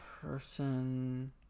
person